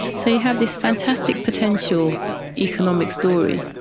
so you have this fantastic potential economic story,